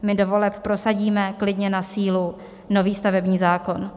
My do voleb prosadíme klidně na sílu nový stavební zákon.